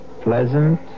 pleasant